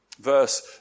Verse